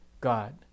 God